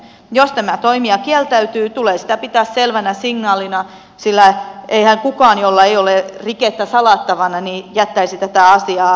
jos tämä toimija kieltäytyy tulee sitä pitää selvänä signaalina sillä eihän kukaan jolla ei ole rikettä salattavana jättäisi tätä asiaa hoitamatta